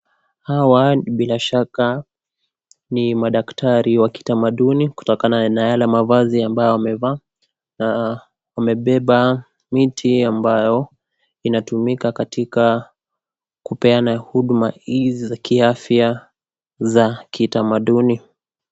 Hawa bila shaka ni madaktari wa kitamaduni, kutokana na yale mavazi ambayo wameyavaa na wamebeba miti ambayo inatumika katika kupeana huduma hizi za kiafya za kitamaduni.